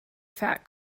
fat